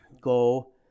go